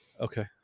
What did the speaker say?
Okay